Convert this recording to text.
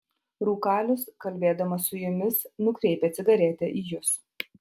rūkalius kalbėdamas su jumis nukreipia cigaretę į jus